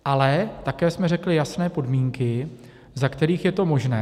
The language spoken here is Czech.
Ale také jsme řekli jasné podmínky, za kterých je to možné.